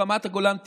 טיפה ברמת הגולן,